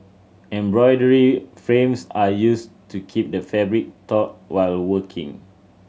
embroidery frames are used to keep the fabric taut while working